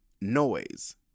noise